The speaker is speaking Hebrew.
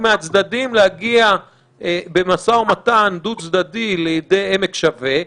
מהצדדים להגיע במשא ומתן דו-צדדי לידי עמק שווה,